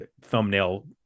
thumbnail